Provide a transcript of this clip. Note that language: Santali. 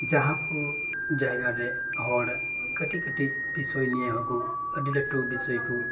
ᱡᱟᱦᱟᱸ ᱠᱚ ᱡᱟᱭᱜᱟᱨᱮ ᱦᱚᱲ ᱠᱟᱹᱴᱤᱡ ᱠᱟᱹᱴᱤᱡ ᱵᱤᱥᱚᱭ ᱱᱤᱭᱮ ᱦᱚᱸᱠᱚ ᱟᱹᱰᱤ ᱞᱟᱹᱴᱩ ᱵᱤᱥᱚᱭ ᱠᱚ